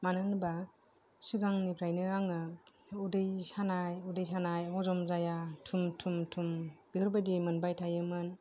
मानो होनबा सिगांनिफ्रायनो आङो उदै सानाय हजम जाया थुम थुम थुम बेफोरबायदि मोनबाय थायोमोन